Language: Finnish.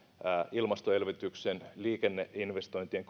ilmaston elvytyksen ja liikenneinvestointien